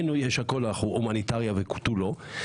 אנחנו הומניטריים ותו לא.